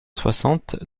soixante